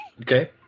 Okay